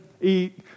eat